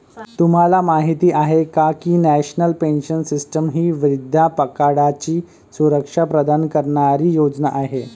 तुम्हाला माहिती आहे का की नॅशनल पेन्शन सिस्टीम ही वृद्धापकाळाची सुरक्षा प्रदान करणारी योजना आहे